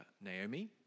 Naomi